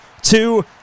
two